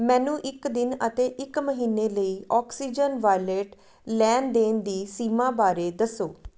ਮੈਨੂੰ ਇੱਕ ਦਿਨ ਅਤੇ ਇੱਕ ਮਹੀਨੇ ਲਈ ਅੋਕਸੀਜਨ ਵਾਲਿਟ ਲੈਣ ਦੇਣ ਦੀ ਸੀਮਾ ਬਾਰੇ ਦੱਸੋ